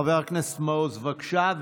חבר הכנסת מעוז, בבקשה.